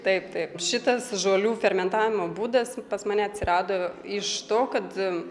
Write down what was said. taip taip šitas žolių fermentavimo būdas pas mane atsirado iš to kad